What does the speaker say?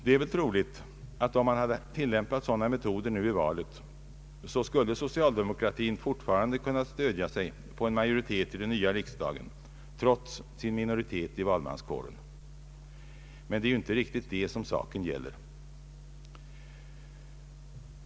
Det är troligt att om man hade tilllämpat sådana metoder nu i valet, så skulle socialdemokratin fortfarande ha kunnat stödja sig på en majoritet i den nya riksdagen trots sin minoritet i valmanskåren, Men det är inte riktigt detta saken gäller.